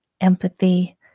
empathy